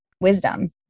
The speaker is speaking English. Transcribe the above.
wisdom